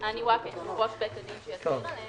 להאני ואקד, ראש בית הדין, שיסביר לכם